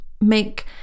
Make